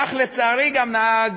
כך לצערי גם נהג